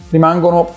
Rimangono